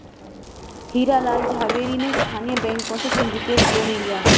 हीरा लाल झावेरी ने स्थानीय बैंकों से सिंडिकेट लोन लिया